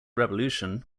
revolution